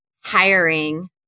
hiring